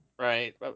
right